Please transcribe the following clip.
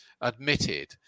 admitted